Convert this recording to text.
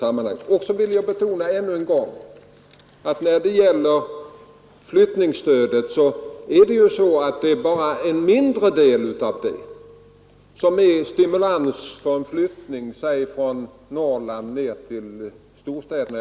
Jag vill än en gång betona att bara en mindre del av flyttningsstödet är stimulans för en flyttning låt mig säga från Norrland ner till storstäderna.